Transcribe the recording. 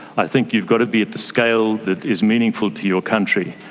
i think you've got to be at the scale that is meaningful to your country,